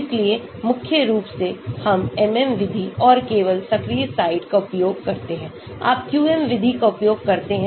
इसलिए मुख्य रूप से हम MM विधि और केवल सक्रिय साइट का उपयोग करते हैं आप QM विधि का उपयोग करते हैं